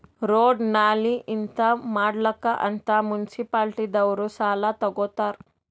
road, ನಾಲಿ ಹಿಂತಾವ್ ಮಾಡ್ಲಕ್ ಅಂತ್ ಮುನ್ಸಿಪಾಲಿಟಿದವ್ರು ಸಾಲಾ ತಗೊತ್ತಾರ್